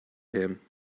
him